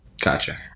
Gotcha